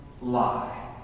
lie